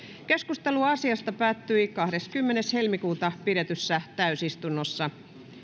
keskustelu asiasta päättyi kahdeskymmenes toista kaksituhattayhdeksäntoista pidetyssä täysistunnossa